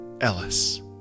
Ellis